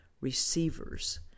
receivers